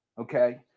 okay